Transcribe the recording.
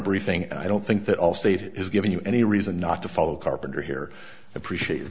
briefing and i don't think that allstate has given you any reason not to follow carpenter here appreciate it